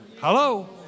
Hello